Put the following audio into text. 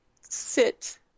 sit